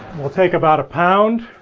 we'll take about a pound,